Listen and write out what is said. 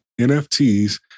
NFTs